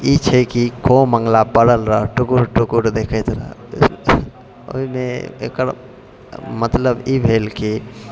ई छै कि खो मङ्गला पड़ल रह टुकुर टुकुर देखैत रह ओहिमे एकर मतलब ई भेल कि